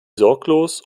sorglos